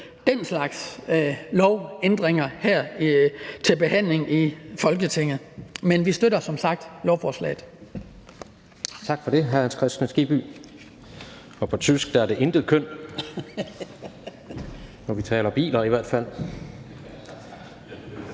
den slags lovændringer, der er til behandling i Folketinget. Men vi støtter som sagt lovforslaget.